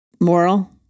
Moral